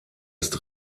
ist